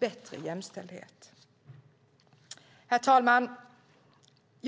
bättre jämställdhet. Herr talman!